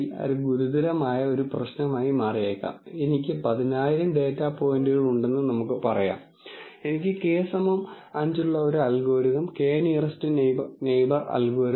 നിങ്ങൾക്ക് പല തരത്തിലുള്ള അനുമാനങ്ങൾ ഉണ്ടാക്കാൻ കഴിയും ഈ അനുമാനങ്ങൾ ഓരോന്നിനും അടിസ്ഥാനമാക്കി നിങ്ങൾക്ക് ടെക്നിക്കുകൾ കൊണ്ടുവരാൻ കഴിയും ആ അനുമാനങ്ങൾ ശരിയാണെങ്കിൽ അല്ലെങ്കിൽ അൽഗോരിതം ക്രമീകരിച്ചതായി കരുതുന്ന വിധത്തിൽ ഡാറ്റ ഓർഗനൈസുചെയ്തിട്ടുണ്ടെങ്കിൽ അത് വളരെ നന്നായി പ്രവർത്തിക്കും